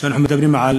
אנחנו מדברים על